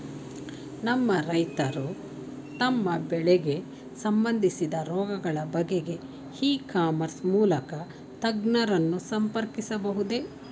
ನಮ್ಮ ರೈತರು ತಮ್ಮ ಬೆಳೆಗೆ ಸಂಬಂದಿಸಿದ ರೋಗಗಳ ಬಗೆಗೆ ಇ ಕಾಮರ್ಸ್ ಮೂಲಕ ತಜ್ಞರನ್ನು ಸಂಪರ್ಕಿಸಬಹುದೇ?